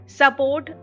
support